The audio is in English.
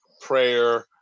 prayer